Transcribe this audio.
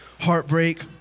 heartbreak